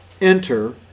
enter